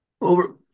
over